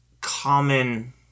common